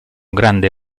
grande